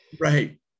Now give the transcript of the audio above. Right